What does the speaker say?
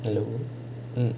hello hmm